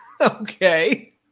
Okay